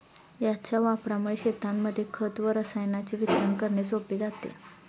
याच्या वापरामुळे शेतांमध्ये खत व रसायनांचे वितरण करणे सोपे जाते